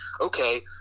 okay